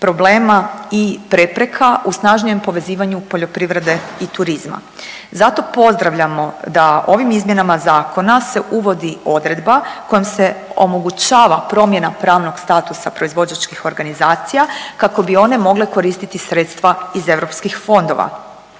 problema i prepreka u snažnijem povezivanju poljoprivrede i turizma. Zato pozdravljamo da ovim izmjenama zakona se uvodi odredba kojom se omogućava pravnog statusa proizvođačkih organizacija kako bi one mogle koristiti sredstva iz europskih fondova.